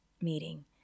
meeting